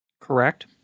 Correct